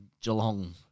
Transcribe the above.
Geelong